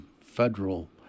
federal